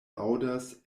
aŭdas